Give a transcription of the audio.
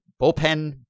bullpen